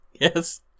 Yes